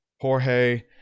jorge